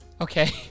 Okay